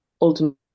ultimately